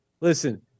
listen